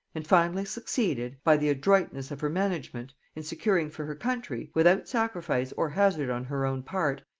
and finally succeeded, by the adroitness of her management, in securing for her country, without sacrifice or hazard on her own part,